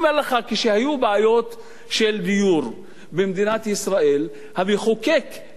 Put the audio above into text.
כשהיו בעיות של דיור במדינת ישראל המחוקק נתן